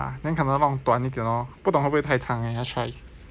ya then 可能弄短一点 lor 不懂会不会太长要 try